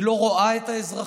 היא לא רואה את האזרחים,